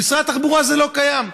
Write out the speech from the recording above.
במשרד התחבורה זה לא קיים.